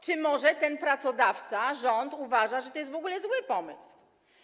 Czy może ten pracodawca, rząd uważa, że to jest w ogóle zły pomysł?